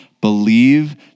believe